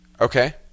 Okay